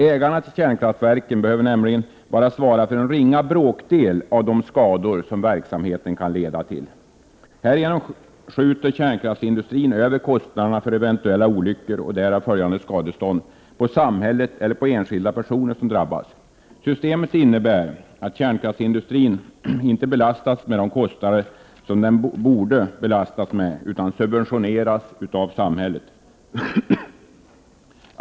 Ägarna till kärnkraftverken behöver nämligen bara svara för en ringa bråkdel av de skador som verksamheten kan leda till. Härigenom skjuter kärnkraftsindustrin över kostnaderna för eventuella olyckor och därav följande skadestånd på samhället eller på de enskilda personer som drabbas. Systemet innebär att kärnkraftsindustrin inte belastas med de kostnader som den borde belastas med utan subventioneras av samhället.